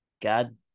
God